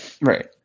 Right